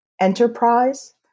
enterprise